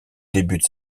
débute